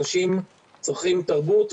אנשים צריכים תרבות,